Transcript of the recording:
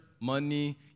money